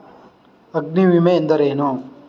ಅಗ್ನಿವಿಮೆ ಎಂದರೇನು?